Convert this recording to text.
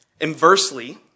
inversely